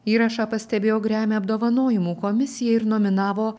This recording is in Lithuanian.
įrašą pastebėjo grammy apdovanojimų komisija ir nominavo